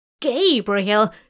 Gabriel